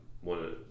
one